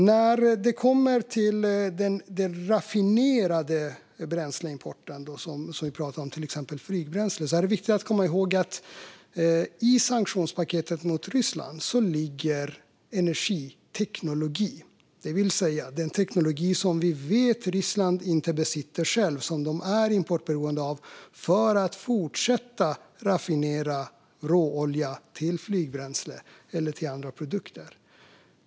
När det gäller importen av raffinerat bränsle, till exempel flygbränsle, är det viktigt att komma ihåg att i sanktionspaketet mot Ryssland ligger energiteknologi, det vill säga den teknologi som vi vet att Ryssland inte besitter självt och som vi vet att man är beroende av import av för att kunna fortsätta raffinera råolja till flygbränsle eller andra produkter.